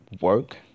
work